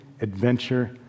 adventure